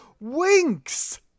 winks